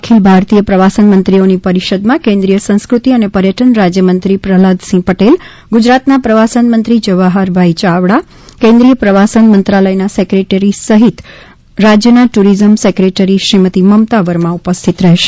અખિલ ભારતીય પ્રવાસન મંત્રીઓની પરિષદમાં કેન્દ્રીય સંસ્કૃતિ અને પર્યટન રાજયમંત્રી પ્રહલાદસિંહ પટેલ ગુજરાતના પ્રવાસનમંત્રી જવાહરભાઇ ચાવડા કેન્દ્રીય પ્રવાસન મંત્રાલયના સેક્રેટરી ડાયરેકટર જનરલ તેમજ રાજયના ટુરિઝમ સેક્રેટરી શ્રીમતી મમતા વર્મા ઉપસ્થિત રહેશે